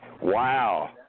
Wow